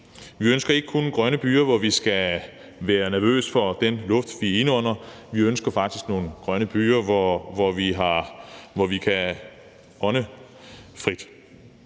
Vi ønsker ikke kun grønne byer, hvor vi skal være nervøse for den luft, vi indånder; vi ønsker faktisk nogle grønne byer, hvor vi kan ånde frit.